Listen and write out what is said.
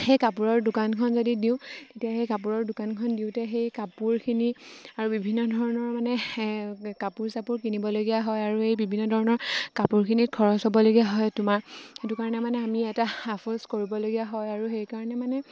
সেই কাপোৰৰ দোকানখন যদি দিওঁ তেতিয়া সেই কাপোৰৰ দোকানখন দিওঁতে সেই কাপোৰখিনি আৰু বিভিন্ন ধৰণৰ মানে কাপোৰ চাপোৰ কিনিবলগীয়া হয় আৰু এই বিভিন্ন ধৰণৰ কাপোৰখিনিত খৰচ হ'বলগীয়া হয় তোমাৰ সেইটো কাৰণে মানে আমি এটা আফলচ কৰিবলগীয়া হয় আৰু সেইকাৰণে মানে